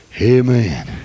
Amen